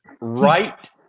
right